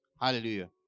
Hallelujah